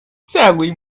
sadly